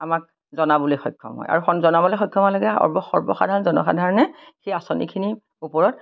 আমাক জনাবলৈ সক্ষম হয় আৰু জনাবলৈ সক্ষম লগে লগে সৰ্বসাধাৰণ জনসাধাৰণে সেই আঁচনিখিনিৰ ওপৰত